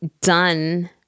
done